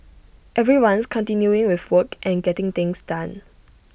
everyone's continuing with work and getting things done